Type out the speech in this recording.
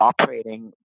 operating